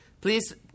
Please